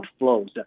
outflows